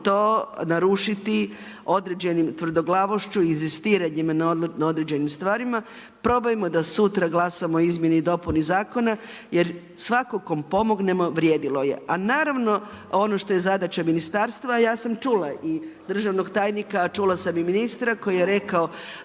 to narušiti određenim tvrdoglavošću, inzistiranjima na određenim stvarima. Probajmo da sutra glasamo o izmjeni i dopuni zakona, jer svatko kom pomognemo vrijedilo je. A naravno, ono što je zadaća ministarstva ja sam čula i državnog tajnika, a čula sam i ministra koji je rekao